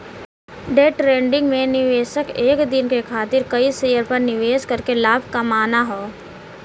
day trading में निवेशक एक दिन के खातिर कई शेयर पर निवेश करके लाभ कमाना हौ